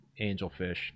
angelfish